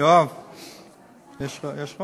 גברתי היושבת-ראש,